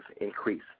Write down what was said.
increase